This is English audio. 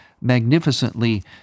magnificently